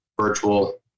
virtual